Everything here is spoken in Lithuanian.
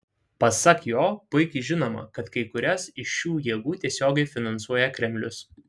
pasak jo puikiai žinoma kad kai kurias iš šių jėgų tiesiogiai finansuoja kremlius